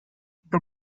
the